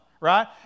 right